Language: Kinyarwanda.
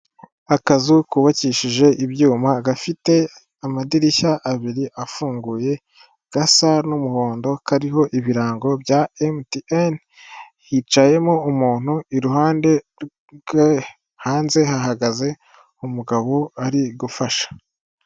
Akazu kubabakishije ibyuma gafite amadirishya abiri afunguye gasa n'umuhondo kariho ibirango bya emutiyeni hicayemo umuntu iruhande rwe hanze hahagaze umugabo ari gufasha.